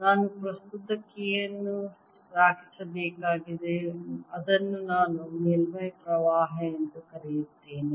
ನಾನು ಪ್ರಸ್ತುತ K ಅನ್ನು ಸಾಗಿಸಬೇಕಾಗಿದೆ ಅದನ್ನು ನಾನು ಮೇಲ್ಮೈ ಪ್ರವಾಹ ಎಂದು ಕರೆಯುತ್ತೇನೆ